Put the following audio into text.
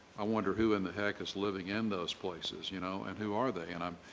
i wonder who in the heck is living in those places, you know, and who are they. and i'm